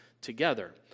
together